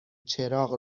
چراغ